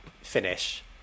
finish